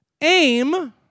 Aim